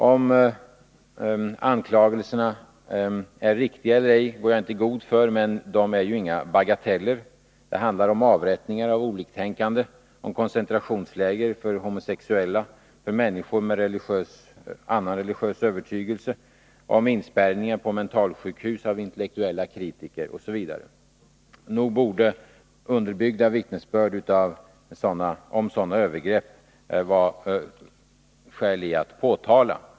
Om anklagelserna är riktiga eller ej går jag inte i god för. Men de är inga bagateller. Det handlar om avrättningar av oliktänkande, om koncentrationsläger för homosexuella och för människor med annorlunda religiös övertygelse, om inspärrning på mentalsjukhus av intellektuella kritiker osv. Nog finns det skäl att uppmärksamma underbyggda vittnesbörd om sådana övergrepp.